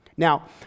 Now